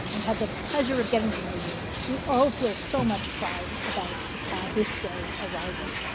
and had the pleasure of getting to know you. we all feel so much pride about this day arriving.